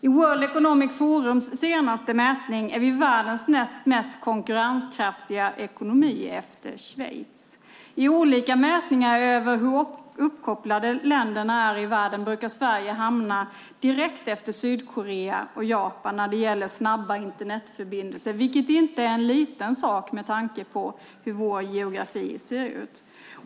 I World Economic Forums senaste mätning är vi världens näst mest konkurrenskraftiga ekonomi, efter Schweiz. I olika mätningar över hur uppkopplade länderna i världen är brukar Sverige hamna direkt efter Sydkorea och Japan när det gäller snabba Internetförbindelser, vilket inte är en liten sak med tanke på hur vår geografi ser ut.